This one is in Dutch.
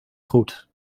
goed